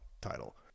title